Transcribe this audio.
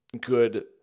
good